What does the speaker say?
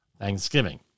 Thanksgiving